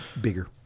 bigger